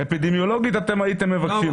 אפידמיולוגית אתם הייתם מבקשים את זה.